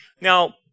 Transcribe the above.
Now